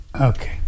Okay